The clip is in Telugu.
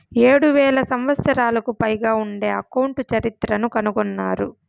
ఏడు వేల సంవత్సరాలకు పైగా ఉండే అకౌంట్ చరిత్రను కనుగొన్నారు